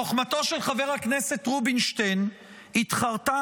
חוכמתו של חבר הכנסת רובינשטיין התחרתה